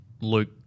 Luke